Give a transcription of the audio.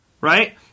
Right